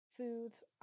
foods